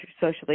socially